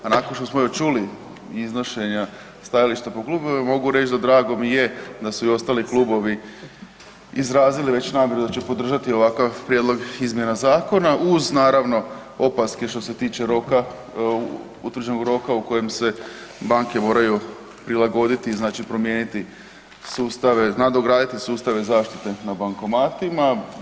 A nakon što smo već čuli iznošenja stajališta po klubovima mogu reć da drago mi je da su i ostali klubovi izrazili već namjeru da će podržati ovakav prijedlog izmjena zakona uz naravno opaske što se tiče roka, utvrđenog roka u kojem se banke moraju prilagoditi, znači promijeniti sustave, nadograditi sustave zaštite na bankomatima.